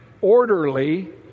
orderly